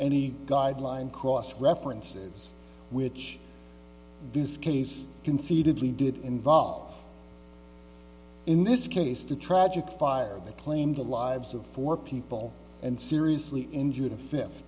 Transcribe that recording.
any guideline cross references which this case concededly did involve in this case the tragic fire that claimed the lives of four people and seriously injured a fifth